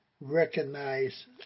recognize